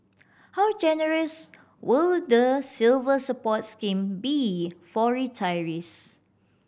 how generous will the Silver Support scheme be for retirees